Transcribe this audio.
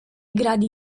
gradi